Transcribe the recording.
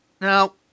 Now